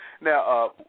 Now